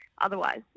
otherwise